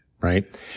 right